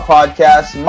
Podcast